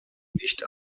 nicht